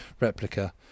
replica